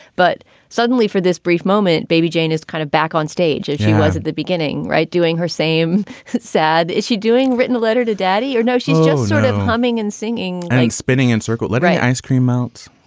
but suddenly for this brief moment, baby jane is kind of back on stage. and she was at the beginning. right. doing her same sad. is she doing written a letter to daddy or. no, she's just sort of humming and singing and like spinning and circlet right. ice cream out, let's